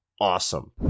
awesome